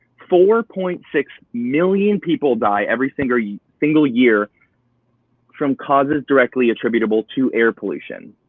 four point six million people die every single yeah single year from causes directly attributable to air pollution.